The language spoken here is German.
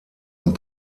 und